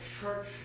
church